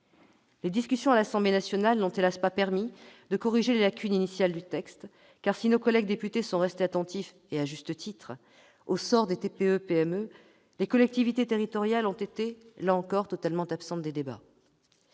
Les discussions à l'Assemblée nationale n'ont- hélas ! -pas permis de corriger les lacunes initiales du texte, car si nos collègues députés sont restés attentifs, à juste titre, au sort des TPE et des PME, les collectivités territoriales ont été totalement absentes des débats.